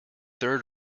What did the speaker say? third